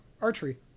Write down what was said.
archery